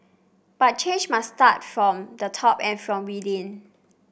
but change must start from the top and from within